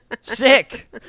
Sick